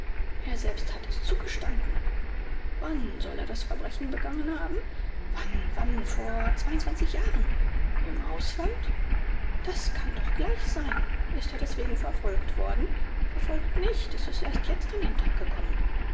er selbst hat es zugestanden wann soll er das verbrechen begangen haben wann wann vor zweiundzwanzig jahren im ausland das kann doch gleich sein ist er deswegen verfolgt worden verfolgt nicht es ist erst jetzt an den tag gekommen